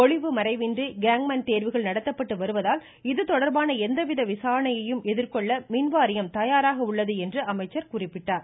ஒளிவுமறைவின்றி gangmen தேர்வுகள் நடத்தப்பட்டு வருவதால் இதுதொடா்பான எந்தவித விசாரணையையும் எதிர்கொள்ள மின்வாரியம் தயாராக உள்ளது என்றும் அமைச்சர் குறிப்பிட்டார்